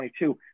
2022